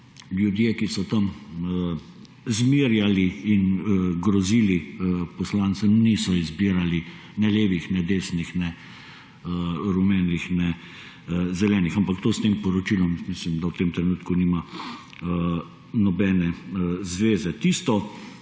ljudje, ki so tam zmerjali in grozili poslancem, niso izbirali ne levih ne desnih ne rumenih ne zelenih. Ampak mislim, da to s tem poročilom v tem trenutku nima nobene zveze. Tisto,